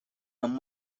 them